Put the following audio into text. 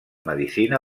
medecina